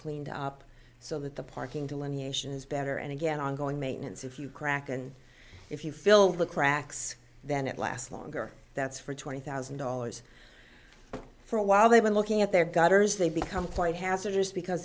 cleaned up so that the parking delineation is better and again ongoing maintenance if you crack and if you fill the cracks then it last longer that's for twenty thousand dollars for a while they were looking at their gutters they become quite